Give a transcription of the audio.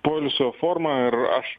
poilsio forma ir aš